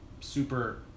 super